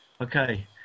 Okay